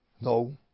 No